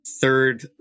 third